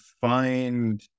find